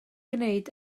gwneud